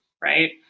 right